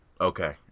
Okay